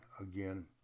again